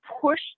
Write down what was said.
push